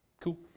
Cool